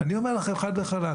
אני אומר לכם חד וחלק,